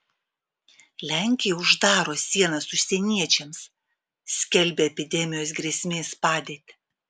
lenkija uždaro sienas užsieniečiams skelbia epidemijos grėsmės padėtį